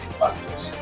factors